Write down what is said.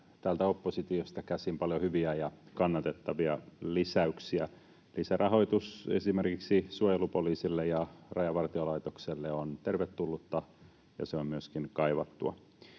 täältä oppositiosta käsin paljon hyviä ja kannatettavia lisäyksiä. Eli se rahoitus esimerkiksi suojelupoliisille ja Rajavartiolaitokselle on tervetullutta, ja se on myöskin kaivattua.